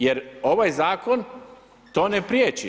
Jer ovaj zakon to ne prijeći.